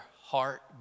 heart